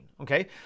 Okay